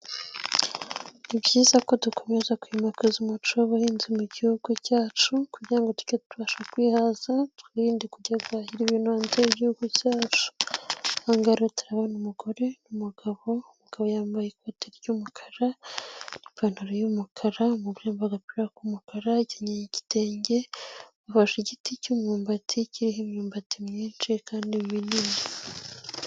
Ni byiza ko dukomeza kwimakaza umuco w'abuhinzi mu gihugu cyacu kugirango tujye tubasha kwihaza twirinde kujya guhahira ibintu hanze y'igihugu cyacu, aha ngaha rero turabona umugore n'umugabo, umugabo yambaye ikoti ry'umukara n'ipantaro y'umukara, umugore yambaye agapira k'umukara, akenyeye igitenge, bafashe igiti cy'imyumbati kiriho imyumbati myinshi kandi minini.